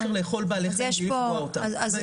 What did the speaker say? אי אפשר לאכול בעלי חיים בלי לפגוע בהם.